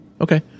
Okay